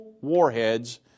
warheads